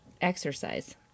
exercise